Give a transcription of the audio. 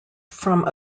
from